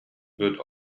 wird